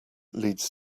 leads